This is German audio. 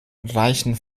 reichen